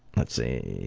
let's see,